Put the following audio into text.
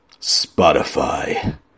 Spotify